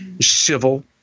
civil